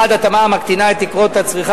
1. התאמה המקטינה את תקרות הצריכה,